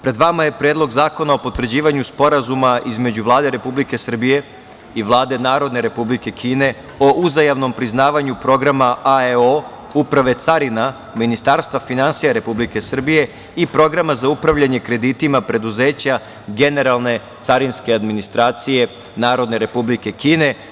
Pred vama je Predlog zakona o potvrđivanju Sporazuma između Vlade Republike Srbije i Vlade Narodne Republike Kine o uzajamnom priznavanju Programa AEO Uprave carina Ministarstva finansija Republike Srbije i Programa za upravljanje kreditima preduzeća Generalne carinske administracije Narodne Republike Kine.